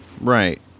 Right